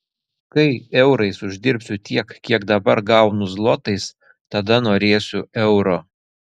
kai eurais uždirbsiu tiek kiek dabar gaunu zlotais tada norėsiu euro